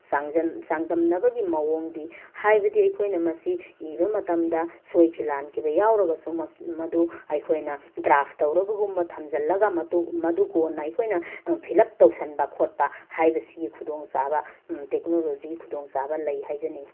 ꯆꯥꯡꯗꯝꯅꯕꯒꯤ ꯃꯑꯣꯡꯗꯤ ꯍꯥꯏꯕꯗꯤ ꯑꯩꯈꯣꯏꯅ ꯃꯁꯤ ꯏꯕ ꯃꯇꯝꯗ ꯁꯣꯏꯈꯤ ꯂꯥꯟꯈꯤꯕ ꯌꯥꯎꯔꯒꯁꯨ ꯃꯗꯨ ꯑꯩꯈꯣꯏꯅ ꯗ꯭ꯔꯥꯐ ꯇꯧꯔꯒꯒꯨꯝꯕ ꯊꯝꯖꯤꯜꯂꯒ ꯃꯗꯨ ꯀꯣꯟꯅ ꯑꯩꯈꯣꯏꯅ ꯐꯤꯂꯞ ꯇꯧꯁꯟꯕ ꯈꯣꯠꯄ ꯍꯥꯏꯕꯁꯤꯒꯤ ꯈꯨꯗꯣꯡ ꯆꯥꯕ ꯇꯦꯛꯅꯣꯂꯣꯖꯤꯒꯤ ꯈꯨꯗꯣꯡ ꯆꯥꯕ ꯂꯩ ꯍꯥꯏꯖꯅꯤꯡꯏ